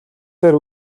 дээр